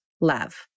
love